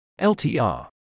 LTR